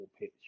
pitch